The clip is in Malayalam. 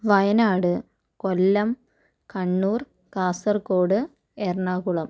വയനാട് കൊല്ലം കണ്ണൂർ കാസർഗോഡ് എറണാകുളം